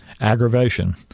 Aggravation